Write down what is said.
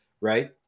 Right